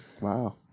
Wow